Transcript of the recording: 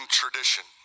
tradition